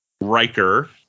Riker